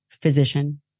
physician